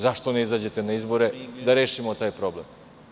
Zašto ne izađete na izbore i da rešimo taj problem?